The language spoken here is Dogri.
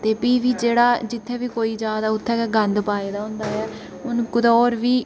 ते प्ही बी जेह्ड़ा जित्थै बी कोई जा दा उत्थै गै गंद पा दा होंदा ऐ हून कु'तै होर बी